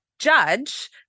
judge